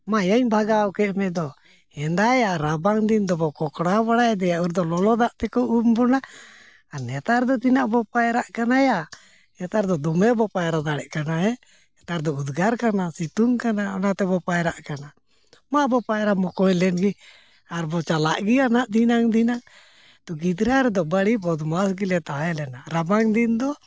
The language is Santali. ᱢᱟᱭᱟᱧ ᱵᱷᱟᱜᱟᱣ ᱠᱮᱫ ᱢᱮᱫᱚ ᱦᱮᱸᱫᱟᱭᱟ ᱨᱟᱵᱟᱝ ᱫᱤᱱ ᱫᱚᱵᱚ ᱠᱚᱲᱟᱣ ᱵᱟᱲᱟᱭ ᱫᱚᱭᱟ ᱩᱱᱫᱚ ᱞᱚᱞᱚ ᱫᱟᱜ ᱛᱮᱠᱚ ᱩᱢ ᱵᱚᱱᱟ ᱟᱨ ᱱᱮᱛᱟᱨ ᱫᱚ ᱛᱤᱱᱟᱹᱜ ᱵᱚ ᱯᱟᱭᱨᱟᱜ ᱠᱟᱱᱟᱭᱟ ᱱᱮᱛᱟᱨ ᱫᱚ ᱫᱚᱢᱮ ᱵᱚ ᱯᱟᱭᱨᱟ ᱫᱟᱲᱮᱭᱟᱜ ᱠᱟᱱᱟ ᱦᱮᱸ ᱱᱮᱛᱟᱨ ᱫᱚ ᱩᱫᱽᱜᱟᱹᱨ ᱠᱟᱱᱟ ᱥᱤᱛᱩᱝ ᱠᱟᱱᱟ ᱚᱱᱟ ᱛᱮᱵᱚ ᱯᱟᱭᱨᱟᱜ ᱠᱟᱱᱟ ᱢᱟᱵᱚ ᱯᱟᱭᱨᱟ ᱢᱚᱠᱚᱧ ᱞᱮᱱᱜᱮ ᱟᱨ ᱵᱚ ᱪᱟᱞᱟᱜ ᱜᱮᱭᱟ ᱱᱟᱦᱟᱸᱜ ᱫᱷᱤᱱᱟᱝ ᱫᱷᱤᱱᱟᱝ ᱛᱚ ᱜᱤᱫᱽᱨᱟᱹ ᱨᱮᱫᱚ ᱵᱟᱹᱲᱤ ᱵᱚᱫ ᱢᱟᱥ ᱜᱮᱞᱮ ᱛᱟᱦᱮᱸ ᱞᱮᱱᱟ ᱨᱟᱵᱟᱝ ᱫᱤᱱ ᱫᱚ